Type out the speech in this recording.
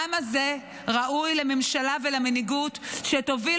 העם הזה ראוי לממשלה ולמנהיגות שיובילו